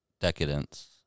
decadence